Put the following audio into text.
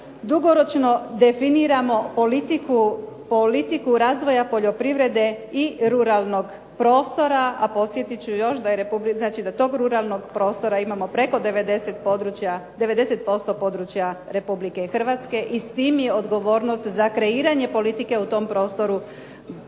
dugoročno definiramo politiku razvoja poljoprivrede i ruralnog prostora, a podsjetit ću još, znači da tog ruralnog prostora imamo preko 90% područja Republike Hrvatske i s tim je odgovornost za kreiranje politike u tom prostoru posebno